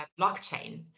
blockchain